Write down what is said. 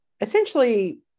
essentially